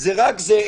זה רק זה.